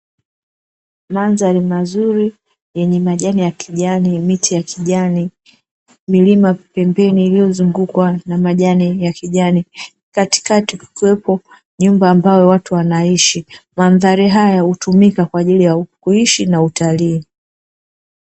Mandhari mazuri yenye majani ya kijani, miti ya kijani, milima pembeni iliyozungukwa na majani ya kijani katikati kukiwepo nyumba ambayo watu wanaishi, mandhari hayo hutumika kwa ajili ya kuishi na utalii.